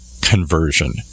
conversion